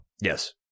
Yes